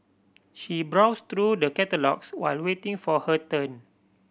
she browsed through the catalogues while waiting for her turn